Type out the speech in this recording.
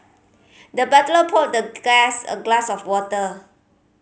the butler poured the guest a glass of water